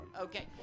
Okay